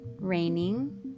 raining